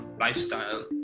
lifestyle